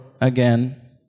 again